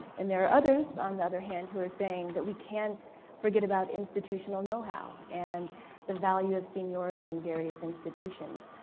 and there are others, on the other hand, who are saying that we can't forget about institutional know-how, and the value of seniority in various institutions.